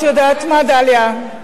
את יודעת מה, דליה?